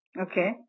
Okay